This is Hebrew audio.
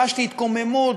חשבתי התקוממות,